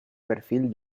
perfil